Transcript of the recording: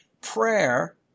prayer